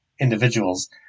individuals